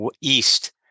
east